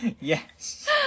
Yes